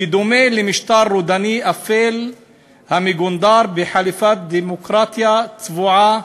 בדומה למשטר רודני אפל המגונדר בחליפת דמוקרטיה צבועה,